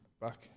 back